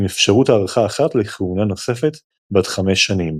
עם אפשרות הארכה אחת לכהונה נוספת בת 5 שנים.